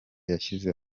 yashyize